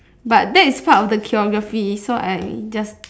but that is part of the choreography so I just